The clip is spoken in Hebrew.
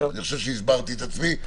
אני חושב שהסברתי את עצמי.